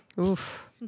Oof